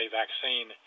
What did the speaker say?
vaccine